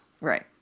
Right